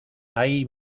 ahí